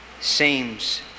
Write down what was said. seems